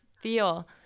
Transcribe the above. feel